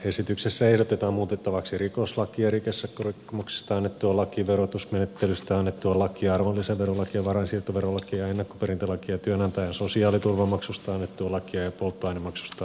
esityksessä ehdotetaan muutettavaksi rikoslakia rikesakkorikkomuksista annettua lakia verotusmenettelystä annettua lakia arvonlisäverolakia varainsiirtoverolakia ennakkoperintälakia työnantajan sosiaaliturvamaksusta annettua lakia ja polttoainemaksusta annettua lakia